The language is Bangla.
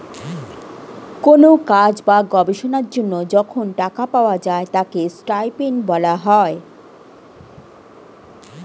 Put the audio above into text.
কোন কাজ বা গবেষণার জন্য যখন টাকা পাওয়া যায় তাকে স্টাইপেন্ড বলা হয়